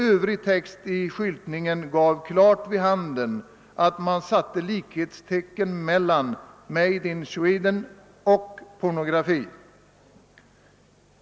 Övrig text på affischen gav klart vid handen att man satte likhetstecken mellan »made in Sweden« och pornografi.